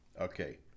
Okay